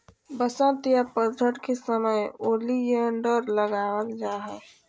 वसंत या पतझड़ के समय ओलियंडर लगावल जा हय